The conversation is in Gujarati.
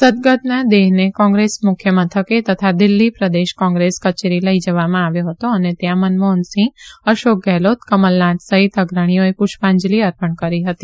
સદગતના દેહને ક્રોંગ્રેસ મુખ્યમથકે તથા દિલ્હી પ્રદેશ કોંગ્રેસ કચેરી લઈ જવામાં આવ્યા હતો અને ત્યાં મનમોહનસિંહ અશોક ગેહલોત કમલનાથ સહિત અગ્રણીઓએ પુષ્પાંજલી અર્પણ કરી હતી